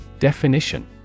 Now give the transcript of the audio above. Definition